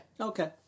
Okay